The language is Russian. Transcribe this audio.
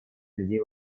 людей